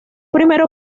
primero